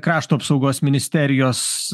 krašto apsaugos ministerijos